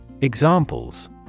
Examples